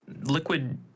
liquid